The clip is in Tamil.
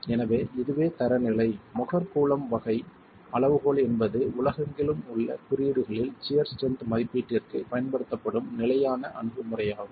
எனவே இதுவே தரநிலை மொஹர் கூலம்ப் வகை அளவுகோல் என்பது உலகெங்கிலும் உள்ள வெவ்வேறு குறியீடுகளில் சியர் ஸ்ட்ரென்த் மதிப்பீட்டிற்குப் பயன்படுத்தப்படும் நிலையான அணுகுமுறையாகும்